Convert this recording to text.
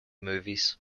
movies